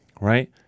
right